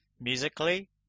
musically